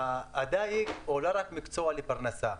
הדייג הוא לא רק מקצוע לפרנסה,